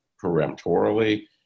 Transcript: peremptorily